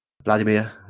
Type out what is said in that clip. Vladimir